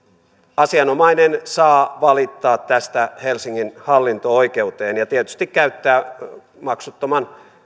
asianomainen saa valittaa tästä helsingin hallinto oikeuteen ja tietysti käyttää maksuttoman